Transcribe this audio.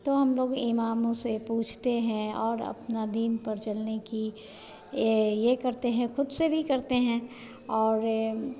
तो हम लोग इमामों से पूछते हैं और अपने दीन पर चलने की यह यह करते हैं ख़ुद से भी करते हैं और यह